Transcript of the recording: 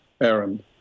Aaron